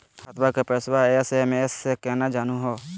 हमर खतवा के पैसवा एस.एम.एस स केना जानहु हो?